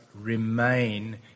remain